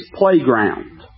playground